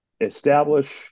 establish